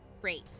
Great